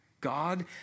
God